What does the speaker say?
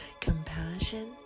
compassion